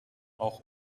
auch